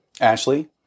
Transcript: Ashley